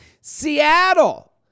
Seattle